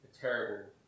terrible